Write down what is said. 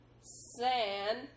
San